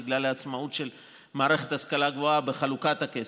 בגלל העצמאות של המערכת להשכלה גבוהה בחלוקת הכסף.